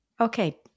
Okay